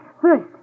first